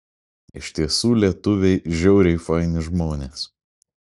iš tiesų lietuviai žiauriai faini žmonės